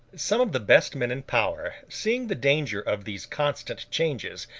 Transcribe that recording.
some of the best men in power, seeing the danger of these constant changes,